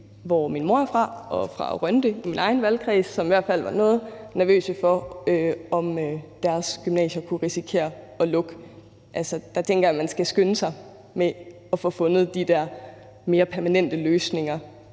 hvor min mor er fra, og fra Rønde i min egen valgkreds, som i hvert fald var noget nervøse for, om deres gymnasium kunne risikere at lukke. Der tænker jeg man skal skynde sig at få fundet de der mere permanente løsninger,